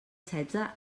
setze